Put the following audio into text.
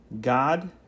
God